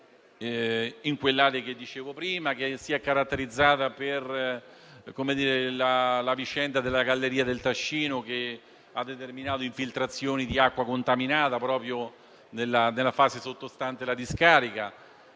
in quell'area di cui parlavo prima, che si è caratterizzata per la vicenda della galleria del Tescino, che ha determinato infiltrazioni di acqua contaminata proprio nella parte sottostante la discarica.